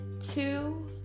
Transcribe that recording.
two